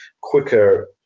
quicker